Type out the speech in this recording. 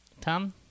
Tom